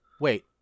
Wait